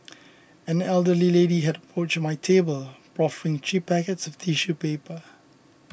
an elderly lady had approached my table proffering three packets of tissue paper